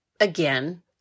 again